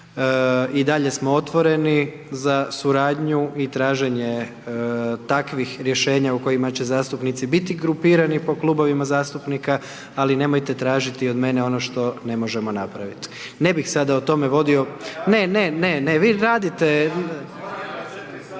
i dalje smo otvoreni, za suradnju i trženje takvih rješenja u kojima će zastupnici biti grupirani po klubovima zastupnika, ali nemojte tražiti od mene ono što ne možemo napraviti. Ne bih sada o tome vodio, ne, ne, ne, vi radite.